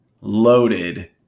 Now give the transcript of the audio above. loaded